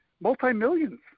multi-millions